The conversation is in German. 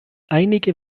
einige